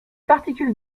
particules